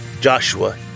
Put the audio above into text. Joshua